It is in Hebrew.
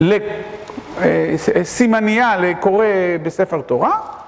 לסימניה לקורא בספר תורה